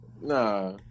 Nah